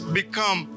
become